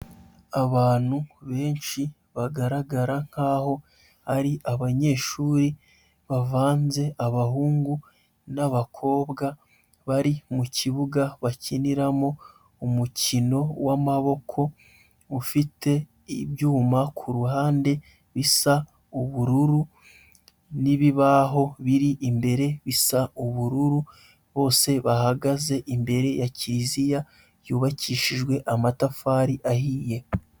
Abantu benshi bagaragara nkaho ari abanyeshuri bavanze, abahungu n'abakobwa, bari mu kibuga bakiniramo umukino w'amaboko ufite ibyuma ku ruhande bisa ubururu n'ibibaho biri imbere bisa ubururu, bose bahagaze imbere ya kiliziya yubakishijwe amatafari ahiye.